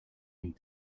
need